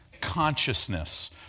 consciousness